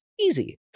Easy